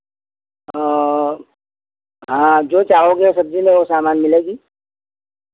हाँ हाँ जो चाहोगी सब्ज़ी में वो सामान मिलेगी